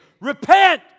repent